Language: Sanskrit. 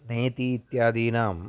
नेति इत्यादीनां